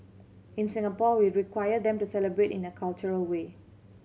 in Singapore we require them to celebrate in a cultural way